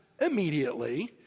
immediately